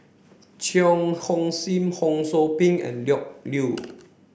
Cheang Hong Ho Sou Ping and Yew